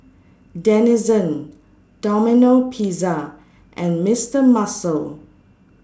Denizen Domino Pizza and Mister Muscle